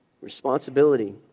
Responsibility